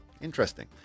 interesting